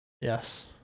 Yes